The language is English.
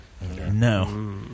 No